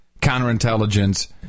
counterintelligence